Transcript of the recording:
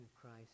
Christ